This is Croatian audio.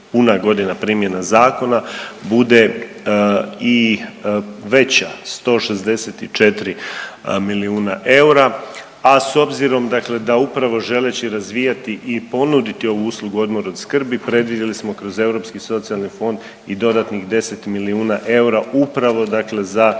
puna godina primjene zakona bude i veća 164 milijuna eura, a s obzirom dakle da upravo želeći razvijati i ponuditi ovu uslugu odmor od skrbi predvidjeli smo kroz Europski socijalni fond i dodatnih 10 milijuna eura upravo,